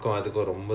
yes